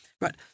right